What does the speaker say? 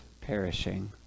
perishing